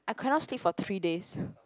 I cannot sleep for three days